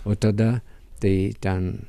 o tada tai ten